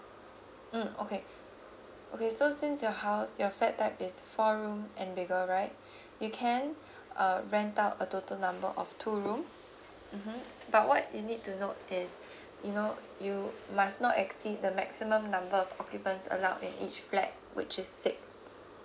mm okay okay so since your house your flat type is four room and bigger right you can uh rent out a total number of two rooms mmhmm but what you need to note is you know you must not exceed the maximum number of occupants allowed in each flat which is six